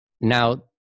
Now